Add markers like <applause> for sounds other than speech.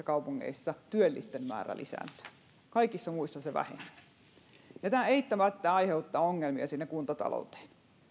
<unintelligible> kaupungeissa työllisten määrä lisääntyy ja kaikissa muissa se vähenee ja tämä eittämättä aiheuttaa ongelmia sinne kuntatalouteen